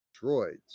droids